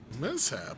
Mishap